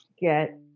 get